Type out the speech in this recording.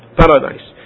paradise